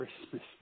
Christmas